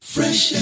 Fresh